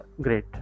Great